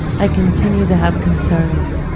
i continue to have concerns